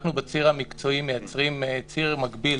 אנחנו בציר המקצועי מייצרים ציר מקביל